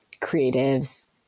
creatives